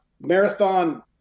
marathon